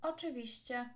Oczywiście